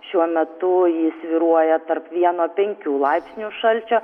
šiuo metu ji svyruoja tarp vieno penkių laipsnių šalčio